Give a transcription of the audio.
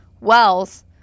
Wells